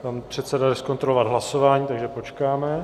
Pan předseda jde zkontrolovat hlasování, takže počkáme.